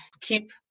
keep